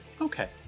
Okay